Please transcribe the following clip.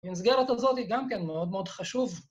‫במסגרת הזאת גם כן ‫מאוד מאוד חשוב.